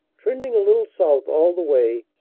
trending a little south all the way,